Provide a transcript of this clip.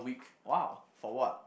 !wow! for what